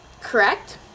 correct